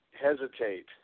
hesitate